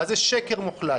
אז זה שקר מוחלט.